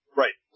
right